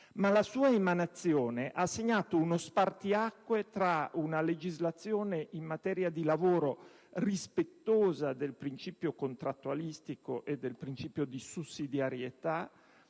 La sua emanazione, tuttavia, ha segnato uno spartiacque tra una legislazione in materia di lavoro rispettosa del principio contrattualistico e del principio di sussidiarietà,